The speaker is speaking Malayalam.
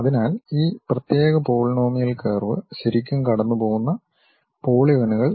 അതിനാൽ ഈ പ്രത്യേക പോളിനോമിയൽ കർവ് ശരിക്കും കടന്നുപോകുന്ന പോളിഗണുകൾ നിർമ്മിക്കാൻ ആകും